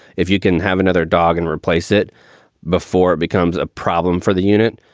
if you can have another dog and replace it before it becomes a problem for the unit.